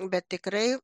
bet tikrai